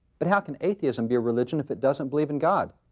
but how can atheism be a religion if it doesn't believe in god?